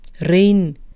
Rain